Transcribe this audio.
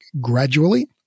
gradually